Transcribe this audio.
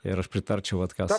ir aš pritarčiau vat kas